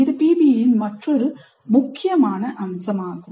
இது PBIயின் மற்றொரு முக்கியமான அம்சமாகும்